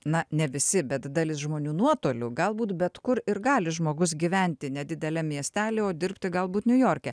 na ne visi bet dalis žmonių nuotoliu galbūt bet kur ir gali žmogus gyventi nedideliam miestely o dirbti galbūt niujorke